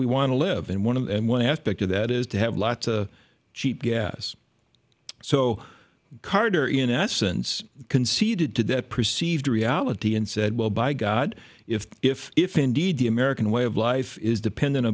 we want to live in one and one aspect of that is to have lots of cheap gas so carter in essence conceded to that perceived reality and said well by god if if if indeed the american way of life is dependent